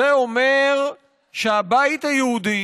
זה אומר שהבית היהודי